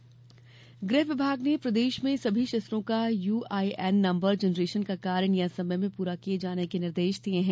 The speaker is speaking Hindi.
शस्त्र लायसेंस गृह विभाग ने प्रदेश में सभी शस्त्रों का यूआईएन नम्बर जनरेशन का कार्य नियत समय में पूरा किये जाने के निर्देश दिये हैं